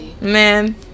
Man